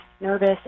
nervous